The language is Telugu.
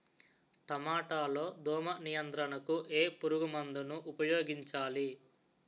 టమాటా లో దోమ నియంత్రణకు ఏ పురుగుమందును ఉపయోగించాలి?